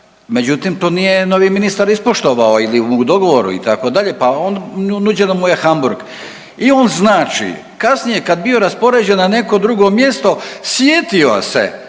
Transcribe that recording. Međutim, to nije novi ministar ispoštovao ili u dogovoru itd., pa nuđeno mu je Hamburg i on znači kasnije kad bi bio raspoređen na neko drugo mjesto sjetio se